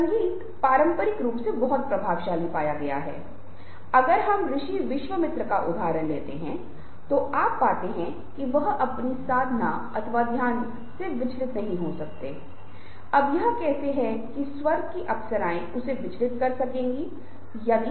इसलिए यह पता लगाना महत्वपूर्ण है कि क्या आप वास्तव में उस प्रसंग को साझा कर रहे हैं जो प्रासंगिक है या यदि आपका उपाख्यान वास्तव में संबंधित है और यह वास्तव में संचार प्रक्रिया की सहायता करने वाला है